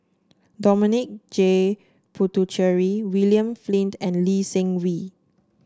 Dominic J Puthucheary William Flint and Lee Seng Wee